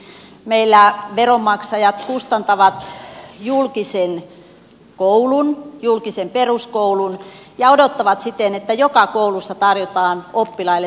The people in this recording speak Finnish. meillä veronmaksajat kustantavat julkisen koulun julkisen peruskoulun ja odottavat siten että joka koulussa tarjotaan oppilaille tasavertaisesti opetusta